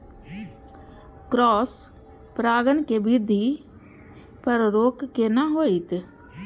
Cross परागण के वृद्धि पर रोक केना होयत?